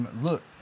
Look